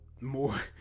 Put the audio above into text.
more